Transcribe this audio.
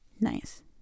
Nice